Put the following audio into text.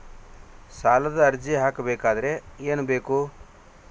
ಸಾಲದ ಅರ್ಜಿ ಹಾಕಬೇಕಾದರೆ ಏನು ಬೇಕು?